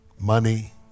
money